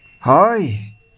Hi